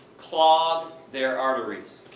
clog their arteries.